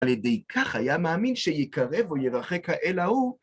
על ידי כך היה מאמין שיקרב או ירחק האל ההוא.